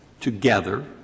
together